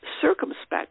circumspect